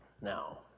Now